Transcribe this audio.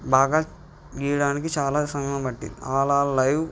బాగా గీయడానికి చాలా సమయంం పట్టింది అలా లైవ్